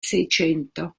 seicento